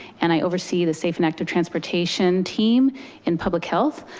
and i oversee the safe and active transportation team in public health.